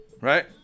right